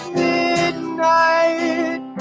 midnight